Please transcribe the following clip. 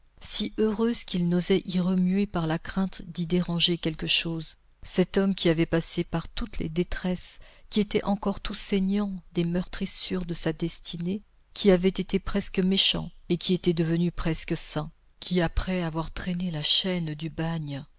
si heureuse qu'il n'osait y remuer dans la crainte d'y déranger quelque chose cet homme qui avait passé par toutes les détresses qui était encore tout saignant des meurtrissures de sa destinée qui avait été presque méchant et qui était devenu presque saint qui après avoir traîné la chaîne du bagne